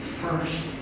first